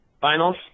finals